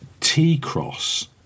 T-Cross